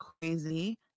crazy